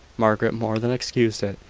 margaret more than excused it,